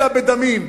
אלא בדמים.